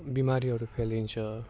बिमारीहरू फैलिन्छ